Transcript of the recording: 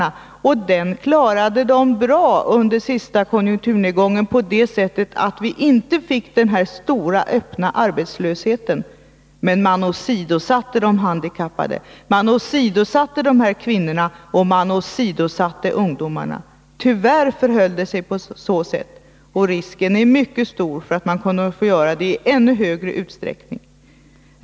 Arbetsförmedlarna klarade detta bra under den senaste konjunkturnedgången på så sätt att vi inte fick en stor öppen arbetslöshet, men de tvingades åsidosätta de handikappade. De åsidosatte kvinnorna och de åsidosatte ungdomarna. Tyvärr förhöll det sig på det sättet, och risken är mycket stor för att de kommer att få göra det i ännu högre utsträckning.